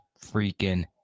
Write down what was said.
freaking